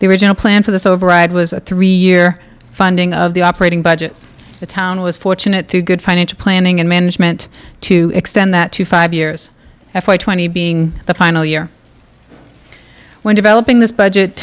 the original plan for this override was a three year funding of the operating budget the town was fortunate to good financial planning and management to extend that to five years f y twenty being the final year when developing this